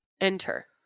enter